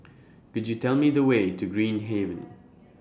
Could YOU Tell Me The Way to Green Haven